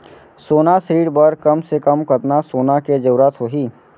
सोना ऋण बर कम से कम कतना सोना के जरूरत होही??